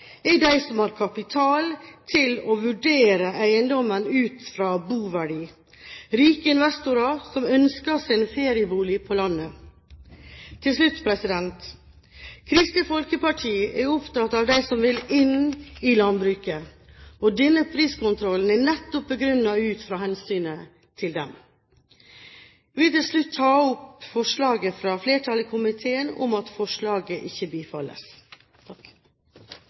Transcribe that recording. landbruksmarkedet. De som da står igjen som kjøpere, er de som har kapital til å vurdere eiendommen ut fra boverdi – rike investorer som ønsker seg en feriebolig på landet. Til slutt: Kristelig Folkeparti er opptatt av dem som vil inn i landbruket, og denne priskontrollen er nettopp begrunnet ut fra hensynet til dem. Jeg vil til slutt